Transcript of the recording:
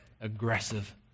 aggressive